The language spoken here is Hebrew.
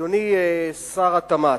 אדוני שר התמ"ת,